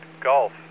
Golf